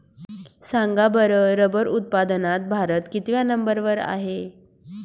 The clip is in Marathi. सांगा बरं रबर उत्पादनात भारत कितव्या नंबर वर आहे?